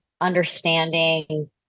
understanding